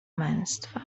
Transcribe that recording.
męstwa